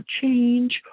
change